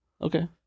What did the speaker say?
Okay